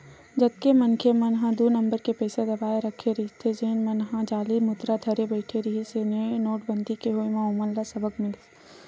जतेक मनखे मन ह दू नंबर के पइसा दबाए रखे रहिस जेन मन ह जाली मुद्रा धरे बइठे रिहिस हे नोटबंदी के होय म ओमन ल सबक मिलिस